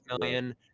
million